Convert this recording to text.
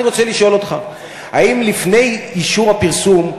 אני רוצה לשאול אותך: האם לפני אישור הפרסום,